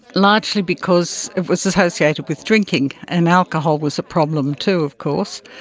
largely because it was associated with drinking and alcohol was a problem too of course,